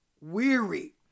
weary